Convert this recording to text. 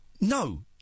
No